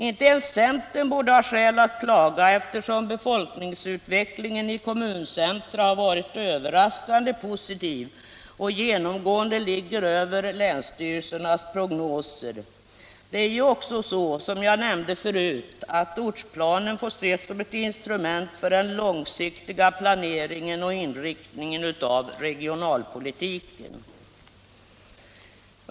Inte ens centern borde ha skäl att klaga, eftersom befolkningsutvecklingen i kommuncentra har varit överraskande positiv och genomgående ligger över länsstyrelsernas prognoser. Ortsplanen får också, som jag nämnde förut, ses som ett instrument för den långsiktiga planeringen och inriktningen av regionalpolitiken.